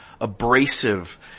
Abrasive